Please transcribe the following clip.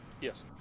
Yes